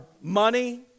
money